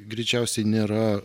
greičiausiai nėra